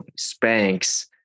Spanx